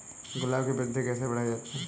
गुलाब की वृद्धि कैसे बढ़ाई जाए?